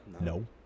No